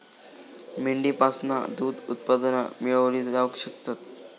मेंढीपासना दूध उत्पादना मेळवली जावक शकतत